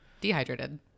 Dehydrated